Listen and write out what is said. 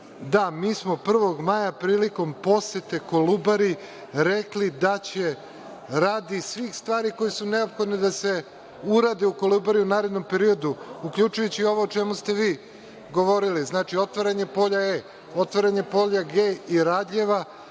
da, mi smo prvog maja, prilikom posete „Kolubari“, rekli da će, radi svih stvari koje su neophodne da se urade u „Kolubari“ u narednom periodu, uključujući i ovo o čemu ste vi govorili. Znači, otvaranje Polja E, otvaranje Polja G i Radljeva,